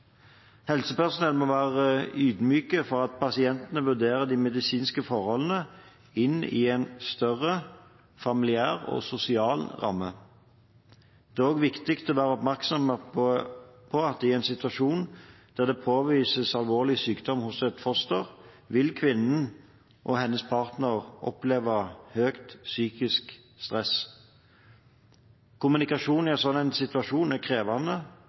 Helsepersonell må være ydmyke for at pasientene vurderer de medisinske forholdene inn i en større familiær og sosial ramme. Det er også viktig å være oppmerksom på at i en situasjon der det påvises alvorlig sykdom hos et foster, vil kvinnen og hennes partner oppleve høyt psykisk stress. Kommunikasjon i en slik situasjon er krevende,